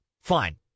Fine